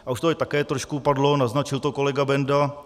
A už to tady také trošku padlo, naznačil to kolega Benda.